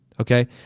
okay